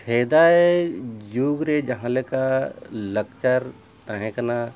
ᱥᱮᱫᱟᱭ ᱡᱩᱜᱽ ᱨᱮ ᱡᱟᱦᱟᱸ ᱞᱮᱠᱟ ᱞᱟᱠᱪᱟᱨ ᱛᱟᱦᱮᱸ ᱠᱟᱱᱟ